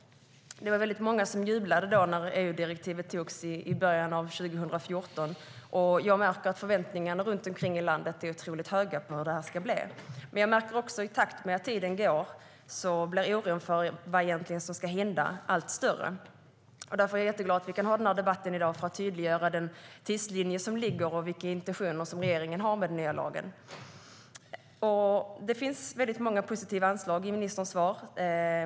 Det var väldigt många som jublade när EU-direktivet antogs i början av 2014. Jag märker att förväntningarna runt omkring i landet är otroligt höga på hur det här ska bli. Men jag märker också, i takt med att tiden går, att oron för vad som egentligen ska hända blir allt större. Därför är jag jätteglad att vi kan ha den här debatten i dag för att tydliggöra den tidslinje som ligger och vilka intentioner som regeringen har med den nya lagen. Det finns många positiva anslag i ministerns svar.